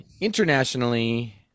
internationally